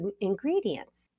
ingredients